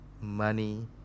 money